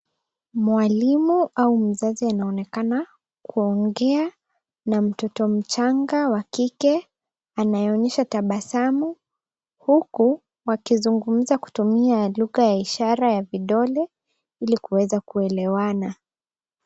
Mwalimu au mzazi anaonekana kuongea na mtoto changa wa kike, anayeonyesha tabasamu huku wakizungumza kutumia lugha ya ishara ya vidole, ili kuweza kuelewana.